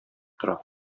тора